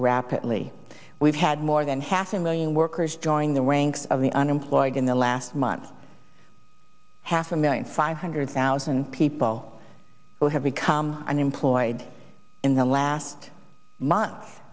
rapidly we've had more than half a million workers join the ranks of the unemployed in the last month half a million five hundred thousand people who have become unemployed in the last month